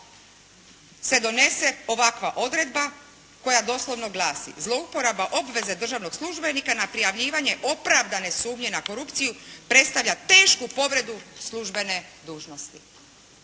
se donese ovakva odredba koja doslovno glasi, zlouporaba obveze državnog službenika na prijavljivanje opravdane sumnje na korupciju predstavlja tešku povredu službene dužnosti.